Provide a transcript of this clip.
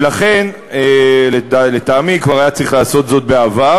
ולכן, לטעמי, כבר היה צריך לעשות זאת בעבר,